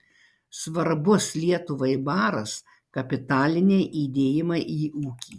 svarbus lietuvai baras kapitaliniai įdėjimai į ūkį